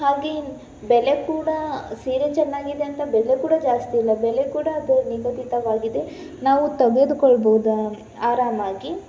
ಹಾಗೇ ಬೆಲೆ ಕೂಡ ಸೀರೆ ಚೆನ್ನಾಗಿದೆ ಅಂತ ಬೆಲೆ ಕೂಡ ಜಾಸ್ತಿ ಇಲ್ಲ ಬೆಲೆ ಕೂಡ ಅದು ನಿಗದಿತವಾಗಿದೆ ನಾವು ತಗದ್ಕೊಳ್ಬೋದು ಆರಾಮಾಗಿ